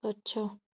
ଗଛ